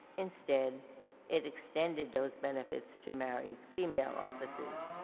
instead it extended those benefits to married female officers,